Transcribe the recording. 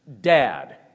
Dad